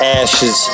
ashes